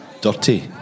dirty